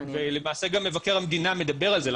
למעשה גם מבקר המדינה מדבר על זה,